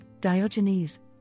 Diogenes